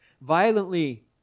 violently